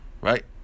Right